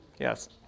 Yes